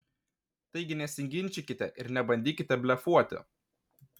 taigi nesiginčykite ir nebandykite blefuoti